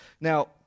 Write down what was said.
Now